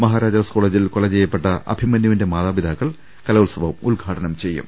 മഹാരാജാസ് കോളേജിൽ കൊലചെയ്യപ്പെട്ട അഭിമന്യുവിന്റെ മാതാപിതാക്കൾ കലോ ത്സവം ഉദ്ഘാടനം ചെയ്യും